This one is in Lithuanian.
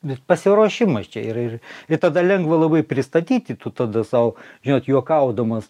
bet pasiruošimas čia yra ir ir tada lengva labai pristatyti tu tada sau žinot juokaudamas